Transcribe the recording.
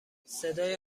صدای